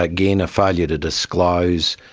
again, a failure to disclose.